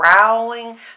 growling